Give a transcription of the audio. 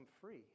free